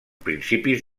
principis